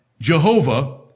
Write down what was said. Jehovah